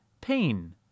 pain